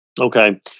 Okay